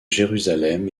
jérusalem